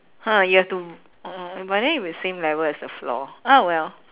!huh! you have to orh but then it will same level as the floor ah well